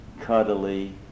cuddly